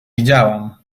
widziałam